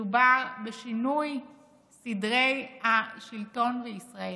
מדובר בשינוי סדרי השלטון בישראל.